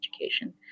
education